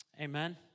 Amen